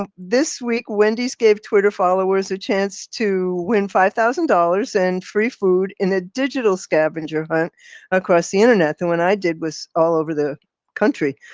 this week, wendy's gave twitter followers a chance to win five thousand dollars and free food in a digital scavenger hunt across the internet. the one i did was all over the country.